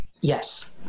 Yes